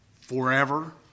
forever